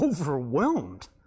overwhelmed